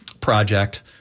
project